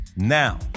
Now